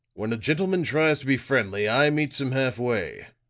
when a gentleman tries to be friendly, i meets him half-way.